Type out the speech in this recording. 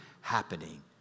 happening